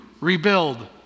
rebuild